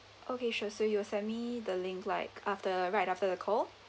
okay sure so you'll send me the link like after right after the call